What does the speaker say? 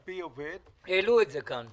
על פי עובד -- העלו את זה כאן.